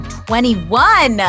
21